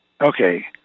Okay